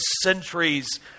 centuries